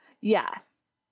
Yes